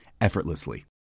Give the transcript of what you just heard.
effortlessly